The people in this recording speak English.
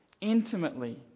intimately